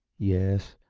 yes,